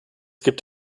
gibt